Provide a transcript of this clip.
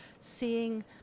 seeing